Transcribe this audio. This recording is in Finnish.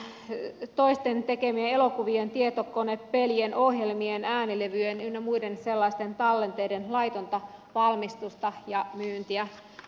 piratismi on toisten tekemien elokuvien tietokonepelien ohjelmien äänilevyjen ynnä muiden sellaisten tallenteiden laitonta valmistusta ja myyntiä